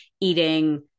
eating